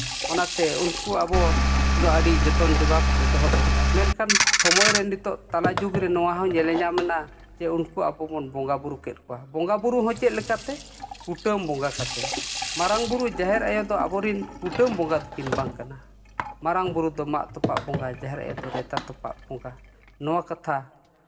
ᱚᱱᱟᱛᱮ ᱩᱱᱠᱩ ᱟᱵᱚᱫᱚ ᱟᱹᱰᱤ ᱡᱚᱛᱚᱱ ᱡᱳᱜᱟᱣ ᱠᱟᱛᱮᱫ ᱫᱚᱦᱚ ᱫᱚᱨᱠᱟᱨ ᱢᱮᱱᱠᱷᱟᱱ ᱥᱚᱢᱚᱭ ᱨᱮ ᱱᱤᱛᱚᱜ ᱛᱟᱞᱟ ᱡᱩᱜᱽ ᱨᱮ ᱱᱚᱣᱟᱦᱚᱸ ᱧᱮᱞ ᱧᱟᱢᱮᱱᱟ ᱡᱮ ᱩᱱᱠᱩ ᱟᱵᱚᱵᱚᱱ ᱵᱚᱸᱜᱟᱼᱵᱩᱨᱩ ᱠᱮᱫ ᱠᱚᱣᱟ ᱵᱚᱸᱜᱟᱼᱵᱩᱨᱩ ᱦᱚᱸ ᱪᱮᱫ ᱞᱮᱠᱟᱛᱮ ᱠᱩᱴᱟᱹᱢ ᱵᱚᱸᱜᱟ ᱠᱟᱛᱮᱫ ᱢᱟᱨᱟᱝ ᱵᱩᱨᱩ ᱡᱟᱦᱮᱨ ᱟᱭᱳ ᱫᱚ ᱟᱵᱚᱨᱮᱱ ᱠᱩᱴᱟᱹᱢ ᱵᱚᱸᱜᱟ ᱫᱚᱠᱤᱱ ᱵᱟᱝ ᱠᱟᱱᱟ ᱢᱟᱨᱟᱝ ᱵᱩᱨᱩ ᱫᱚ ᱢᱟᱜ ᱛᱚᱯᱟᱜ ᱵᱚᱸᱜᱟ ᱡᱟᱦᱮᱨ ᱟᱭᱳ ᱫᱚ ᱨᱮᱛᱟ ᱛᱚᱯᱟᱜ ᱵᱚᱸᱜᱟ ᱱᱚᱣᱟ ᱠᱟᱛᱷᱟ